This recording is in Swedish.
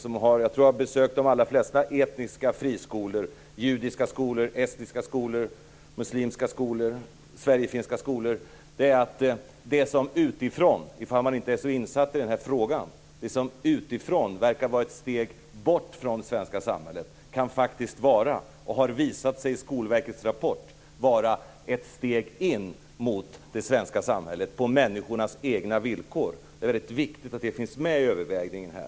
Jag tror att jag har besökt de allra flesta etniska friskolor - judiska skolor, estniska skolor, muslimska skolor, sverigefinska skolor osv. Min uppfattning är att det som utifrån sett - om man inte är så insatt i frågan - verkar vara ett steg bort från det svenska samhället, faktiskt kan vara, och det har också visat sig i Skolverkets rapport, ett steg in mot det svenska samhället på människornas egna villkor. Det är väldigt viktigt att det finns med i övervägandena här.